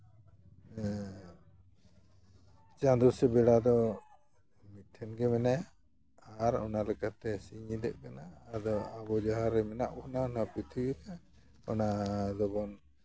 ᱪᱟᱸᱫᱚ ᱥᱮ ᱵᱮᱲᱟ ᱫᱚ ᱢᱤᱫᱴᱷᱮᱱ ᱜᱮ ᱢᱮᱱᱟᱭᱟ ᱟᱨ ᱚᱱᱟ ᱞᱮᱠᱟᱛᱮ ᱥᱤᱧ ᱧᱤᱫᱟᱹᱜ ᱠᱟᱱᱟ ᱟᱫᱚ ᱟᱵᱚ ᱡᱟᱦᱟᱸᱨᱮ ᱢᱮᱱᱟᱜ ᱵᱚᱱᱟ ᱚᱱᱟ ᱯᱨᱤᱛᱷᱤᱵᱤ ᱨᱮ ᱚᱱᱟ ᱫᱚᱵᱚᱱ